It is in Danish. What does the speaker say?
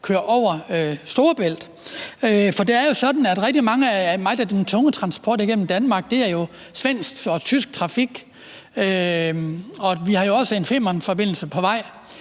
køre over Storebælt. For det er jo sådan, at rigtig meget af den tunge transport igennem Danmark er svensk og tysk trafik. Vi har jo også en Femernforbindelse på vej.